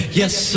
yes